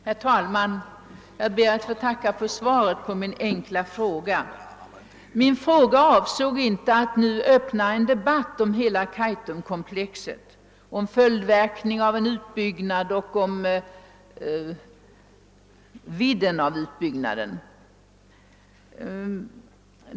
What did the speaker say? Herr talman! Jag ber att få tacka för svaret på min enkla fråga. Med min fråga avsåg jag inte att ta upp en debatt om hela Kaitumkomplexet, om följdverkningarna av en utbyggnad och om vidden av utbyggnaden.